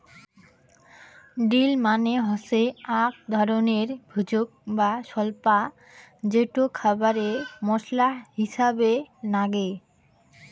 deal মানে হসে আক ধরণের ভেষজ বা স্বল্পা যেটো খাবারে মশলা হিছাবে নাগে